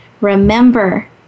remember